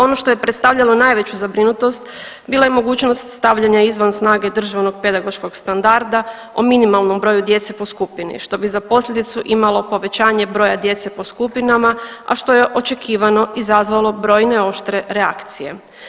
Ono što je predstavljalo najveću zabrinutost bila je mogućnost stavljanja izvan snage državnog pedagoškog standarda o minimalnom broju djece po skupini što bi za posljedicu imalo povećanje broja djece po skupinama, a što je očekivano izazvalo brojne oštre reakcije.